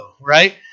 right